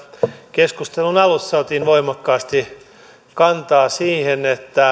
keskustelun alussa otin voimakkaasti kantaa siihen